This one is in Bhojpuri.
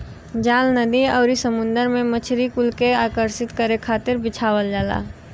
जाल नदी आउरी समुंदर में मछरी कुल के आकर्षित करे खातिर बिछावल जाला